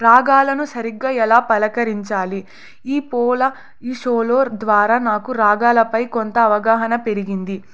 రాగాలను సరిగ్గా ఎలా పలకరించాలి ఈ పల ఈ షోలో ద్వారా నాకు రాగాలపై కొంత అవగాహన పెరిగింది